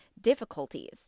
difficulties